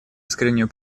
искреннюю